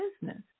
business